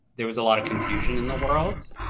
there was a lot of confusion in the world,